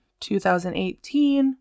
2018